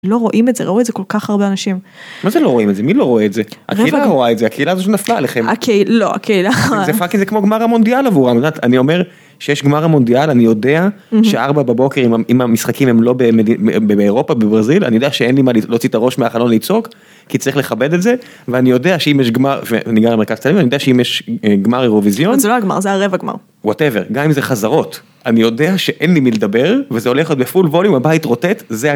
לא רואים את זה, ראו את זה כל כך הרבה אנשים. מה זה לא רואים את זה? מי לא רואה את זה? הקהילה רואה את זה. הקהילה פשוט נפלה עליכם. זה פאקינג, זה כמו גמר המונדיאל עבורם. אני אומר, כשיש גמר המונדיאל, אני יודע שארבע בבוקר עם המשחקים הם לא באירופה, בברזיל אני יודע שאין לי מה להוציא את הראש מהחלון לצעוק. כי צריך לכבד את זה. ואני יודע שאם יש גמר, ואני גר במרכז תל אביב, ואני יודע שאם יש גמר אירוויזיון, זה לא היה גמר, זה היה רבע גמר, וואטאבר גם אם זה חזרות, אני יודע שאין לי מי לדבר וזה הולך לפול ווליום הבית רוטט זה.